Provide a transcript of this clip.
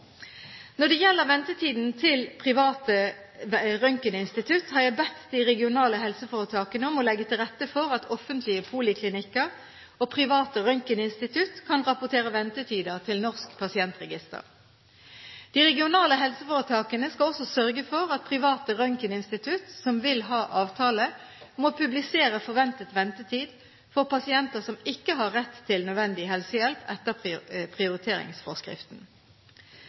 Når det gjelder ventetiden til private røntgeninstitutt, har jeg bedt de regionale helseforetakene om å legge til rette for at offentlige politiklinikker og private røntgeninstitutt kan rapportere ventetider til Norsk pasientregister. De regionale helseforetakene skal også sørge for at private røntgeninstitutt som vil ha avtale, må publisere forventet ventetid for pasienter som ikke har rett til nødvendig helsehjelp etter prioriteringsforskriften.